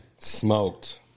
Smoked